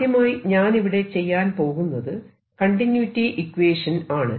ആദ്യമായി ഞാനിവിടെ ചെയ്യാൻ പോകുന്നത് കണ്ടിന്യൂയിറ്റി ഇക്വേഷൻ ആണ്